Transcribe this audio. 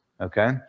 Okay